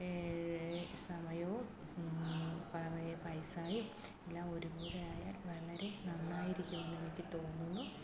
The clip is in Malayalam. സമയവും പൈസയും എല്ലാം ഒരുപോലെ ആയാൽ വളരെ നന്നായിരിക്കുമെന്ന് എനിക്ക് തോന്നുന്നു